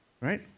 right